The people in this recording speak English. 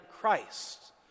Christ